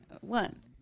One